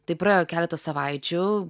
tai praėjo keletas savaičių